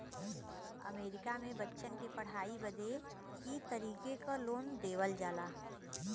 अमरीका मे बच्चन की पढ़ाई बदे ई तरीके क लोन देवल जाला